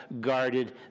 guarded